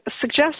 suggest